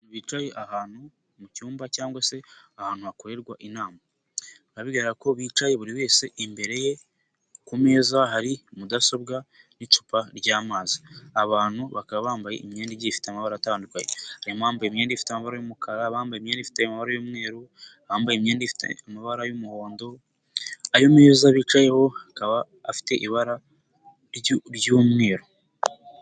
Bicaye ahantu mu cyumba cyangwa se ahantu hakorerwa inama, bigaragara ko bicaye buri wese imbere ye ku meza hari mudasobwa n'icupa ryamazi. Abantu bakaba bambaye imyenda igiyi ifite amabara atandukanye harimo abambaye imyenda ifiteba ibara ry'umukara, abambaye imyenda ifite amabara y'umweru, abambaye imyenda ifite amabara y'umuhondo. Ayo meza bicayeho akaba afite ibara ry'umweru.